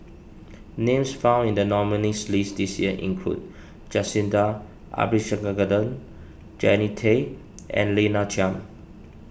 names found in the nominees' list this year include Jacintha Jannie Tay and Lina Chiam